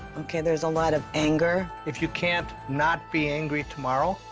ok, there's a lot of anger. if you can't not be angry tomorrow,